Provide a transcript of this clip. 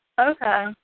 Okay